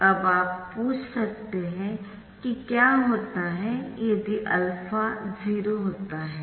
अब आप पूछ सकते है कि क्या होता है यदि α 0 होता है